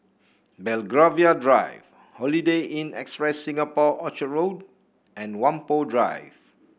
Belgravia Drive Holiday Inn Express Singapore Orchard Road and Whampoa Drive